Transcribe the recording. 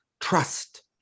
trust